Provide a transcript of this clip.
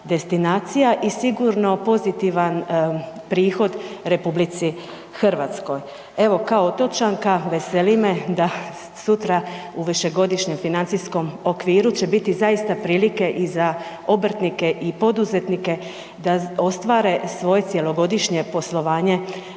i sigurno pozitivan prihod RH. Evo kao otočanka veseli me da sutra u višegodišnjem financijskom okviru će biti zaista prilike i za obrtnike i poduzetnike da ostvare svoje cjelogodišnje poslovanje